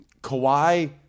Kawhi